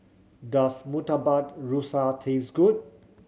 does Murtabak Rusa taste good